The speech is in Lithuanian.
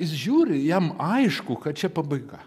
jis žiūri jam aišku kad čia pabaiga